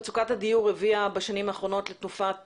מצוקת הדיור הביאה בשנים האחרונות לתופעת